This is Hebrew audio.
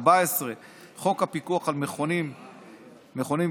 14. חוק הפיקוח על מכונים פסיכומטריים,